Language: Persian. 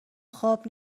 خواب